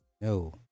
no